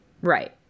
Right